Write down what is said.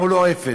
אנחנו לא אפס.